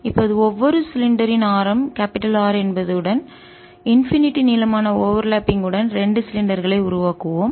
இப்போது ஒவ்வொரு சிலிண்டர் உருளைஇன் ஆரம் கேபிடல் R என்பது உடன் இன்பினிட்டி நீளமான ஓவர்லாப்பிங் உடன் 2 சிலிண்டர்களை உருளை உருவாக்குவோம்